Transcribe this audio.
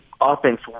offense